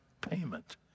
payment